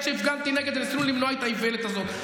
כשהפגנתי נגד וניסינו למנוע את האיוולת הזאת.